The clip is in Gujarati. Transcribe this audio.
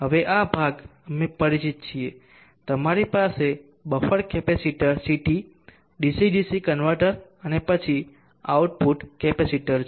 હવે આ ભાગ અમે પરિચિત છીએ તમારી પાસે buffer capacitor Ct DC DC converter અને પછી આઉટપુટ કેપેસિટર છે